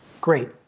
Great